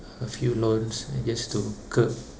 a few loans just to curb